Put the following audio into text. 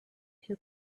who